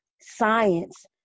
science